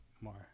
More